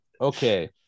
okay